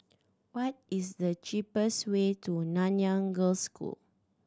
what is the cheapest way to Nanyang Girls' School